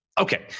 okay